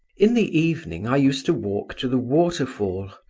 in the evening i used to walk to the waterfall.